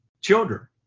children